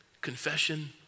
confession